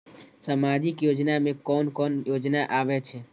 सामाजिक योजना में कोन कोन योजना आबै छै?